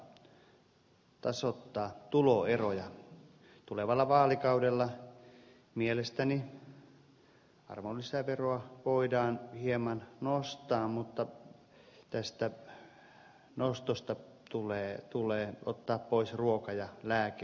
tulevalla vaalikaudella mielestäni arvonlisäveroa voidaan hieman nostaa mutta tästä nostosta tulee ottaa pois ruoka ja lääkemenot